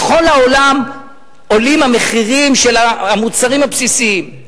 בכל העולם עולים המחירים של המוצרים הבסיסיים,